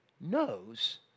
knows